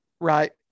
Right